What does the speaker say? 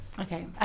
Okay